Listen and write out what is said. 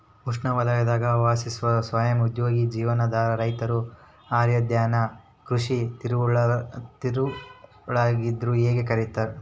ಉಷ್ಣವಲಯದಾಗ ವಾಸಿಸುವ ಸ್ವಯಂ ಉದ್ಯೋಗಿ ಜೀವನಾಧಾರ ರೈತರು ಆಹಾರಧಾನ್ಯದ ಕೃಷಿಯ ತಿರುಳಾಗಿದ್ರ ಹೇಗೆ ಕರೆಯುತ್ತಾರೆ